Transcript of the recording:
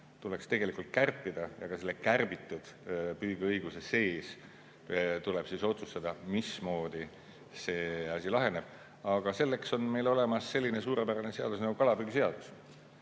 tuleks tegelikult kärpida ja ka selle kärbitud püügiõiguse sees tuleb otsustada, mismoodi see asi laheneb. Aga selleks on meil olemas selline suurepärane seadus nagu kalapüügiseadus.